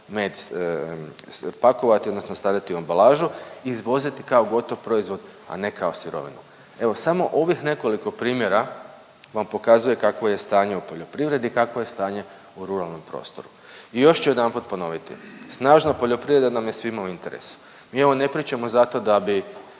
med pakovati odnosno stavljati u ambalažu i izvoziti kao gotov proizvod, a ne kao sirovinu. Evo samo ovih nekoliko primjera vam pokazuje kakvo je stanje u poljoprivredi, kakvo je stanje u ruralnom prostoru. I još ću jedanput ponoviti. Snažna poljoprivreda nam je svima u interesu, mi ovo ne pričamo zato da bi